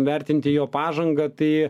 vertinti jo pažangą tai